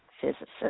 physicist